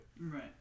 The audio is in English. right